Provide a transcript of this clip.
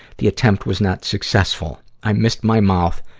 the attempt was not successful. i missed my mouth,